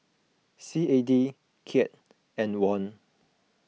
C A D Kyat and Won